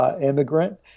immigrant